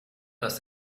does